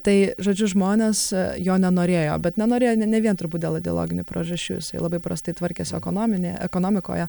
tai žodžiu žmonės jo nenorėjo bet nenorėjo ne ne vien turbūt dėl ideologinių priežasčių jisai labai prastai tvarkėsi ekonominė ekonomikoje